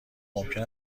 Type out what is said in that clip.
ممکن